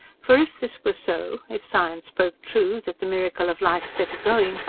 for, if this were so, if science spoke true that, the miracle of life set a-going,